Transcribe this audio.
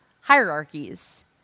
hierarchies